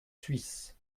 suisses